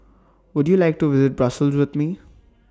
Would YOU like to visit Brussels with Me